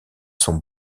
sont